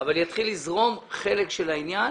אבל יתחיל לזרום חלק של העניין